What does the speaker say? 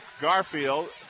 garfield